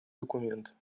документ